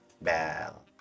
bell